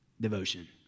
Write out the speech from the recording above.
Devotion